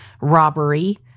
robbery